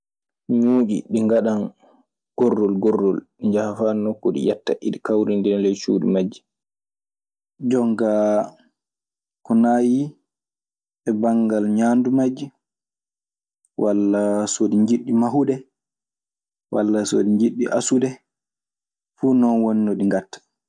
Ñuuƴi, ɗi ngaɗan gorrol gorrol. Ɗii njaha faa nokku ɗi ƴetta e ɗi kawrindina ley cuuɗi majji. Jon kaa ko naayii e banngal ñaandu majji, walla so ɗi njiɗɗi mahude, walla ɗi njiɗɗi asude. Fuu non woni no ɗi ngaɗta.